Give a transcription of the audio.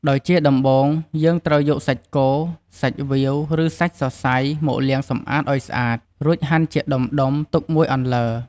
ដោយជាដំបូងយើងត្រូវយកសាច់គោ សាច់វៀវ ឬសាច់សសៃមកលាងសម្អាតឱ្យស្អាត រួចហាន់ជាដុំៗទុកមួយអន្លើ។